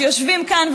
שיושבים כאן,